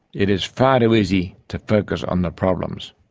it is far too easy to focus on the problems.